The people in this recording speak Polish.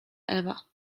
ewa